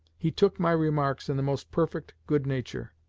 he took my remarks in the most perfect good-nature.